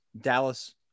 Dallas